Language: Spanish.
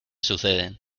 suceden